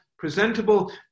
Presentable